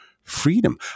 freedom